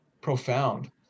profound